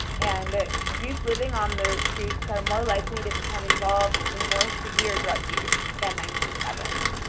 and youth living on the streets are more likely to become involved in more severe drug use. again, ninety seven.